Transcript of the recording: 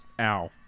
Ow